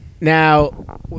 Now